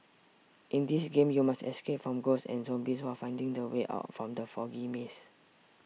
in this game you must escape from ghosts and zombies while finding the way out from the foggy maze